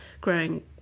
growing